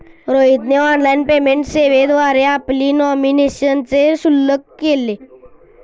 रोहितने online payment सेवेद्वारे आपली नॉमिनेशनचे शुल्क जमा केले